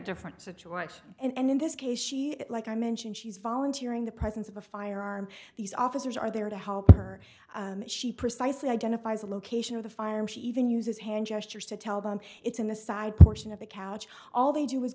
different such a watch and in this case she like i mentioned she's volunteer in the presence of a firearm these officers are there to help her she precisely identifies the location of the fire and she even uses hand gestures to tell them it's in the side portion of the couch all they do is